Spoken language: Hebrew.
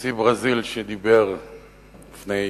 נשיא ברזיל, שדיבר כאן לפני